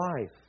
life